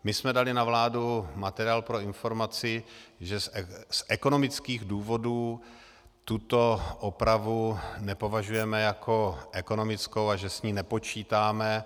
My jsme dali na vládu materiál pro informaci, že z ekonomických důvodů tuto opravu nepovažujeme jako ekonomickou a že s ní nepočítáme.